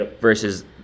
versus